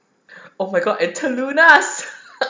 oh my god at telunas